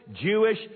Jewish